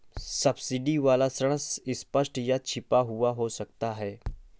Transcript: subsidy वाला ऋण स्पष्ट या छिपा हुआ हो सकता है